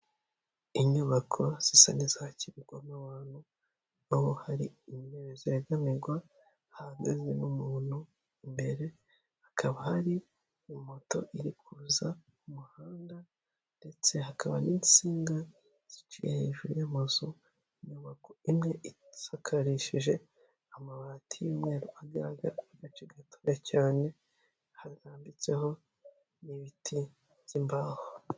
Inyubako zisa n'izakirwamo abantu aho hari intebe zegamirwa hanze umuntu imbere hakaba hari moto iri kuzaza umuhanda ndetse hakaba n'insinga ziciye hejuru y'amazu inyubako imwesakarishije amabati y'umweru agaragara gace gato cyane hazaanmbitseho nibiti by'imbaho.